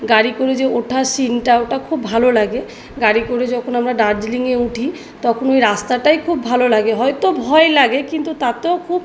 গাড়ি করে যে ওঠা সিনটা ওটা খুব ভালো লাগে গাড়ি করে যখন আমরা দার্জিলিংয়ে উঠি তখন ওই রাস্তাটাই খুব ভালো লাগে হয়তো ভয় লাগে কিন্তু তাতেও খুব